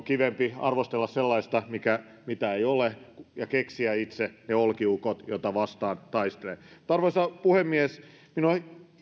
kivempi arvostella sellaista mitä ei ole ja keksiä itse ne olkiukot joita vastaan taistelee arvoisa puhemies minua